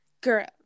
Girl